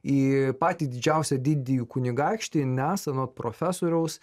į patį didžiausią didįjį kunigaikštį nes anot profesoriaus